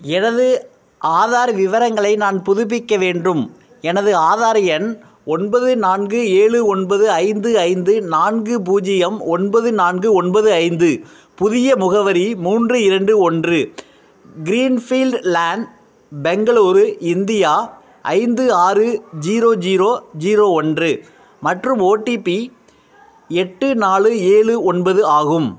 எனது ஆதார் விவரங்களை நான் புதுப்பிக்க வேண்டும் எனது ஆதார் எண் ஒன்பது நான்கு ஏலு ஒன்பது ஐந்து ஐந்து நான்கு பூஜ்ஜியம் ஒன்பது நான்கு ஒன்பது ஐந்து புதிய முகவரி மூன்று இரண்டு ஒன்று Green Field Lane Bengaluru India ஐந்து ஆறு ஜீரோ ஜீரோ ஜீரோ ஒன்று மற்றும் ஓடிபி எட்டு நாலு ஏழு ஒன்பது ஆகும்